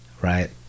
right